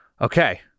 Okay